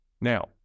Now